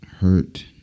Hurt